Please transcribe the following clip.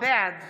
בעד